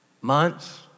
months